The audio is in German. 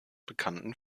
bekannten